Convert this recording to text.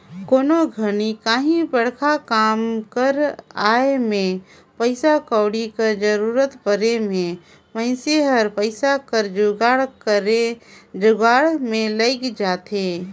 कोनो घनी काहीं बड़खा काम कर आए में पइसा कउड़ी कर जरूरत परे में मइनसे हर पइसा कर जुगाड़ में लइग जाथे